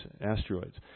asteroids